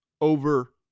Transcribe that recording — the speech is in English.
over